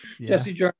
jesse